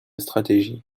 stratégie